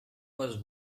was